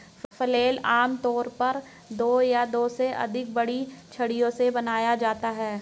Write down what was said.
flail आमतौर पर दो या दो से अधिक बड़ी छड़ियों से बनाया जाता है